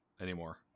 anymore